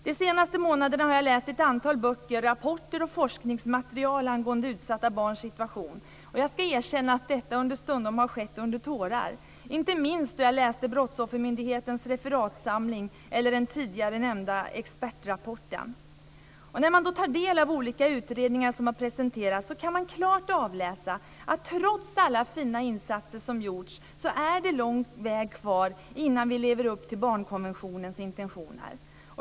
De senaste månaderna har jag läst ett antal böcker, rapporter och forskningsmaterial angående utsatta barns situation. Jag ska erkänna att detta understundom har skett under tårar, inte minst då jag läste Brottsoffermyndighetens referatsamling eller den tidigare nämnda expertrapporten. När man tar del av olika utredningar som har presenterats kan man klart avläsa att det trots alla fina insatser som har gjorts är lång väg kvar innan vi lever upp till barnkonventionens intentioner.